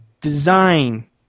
Design